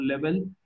level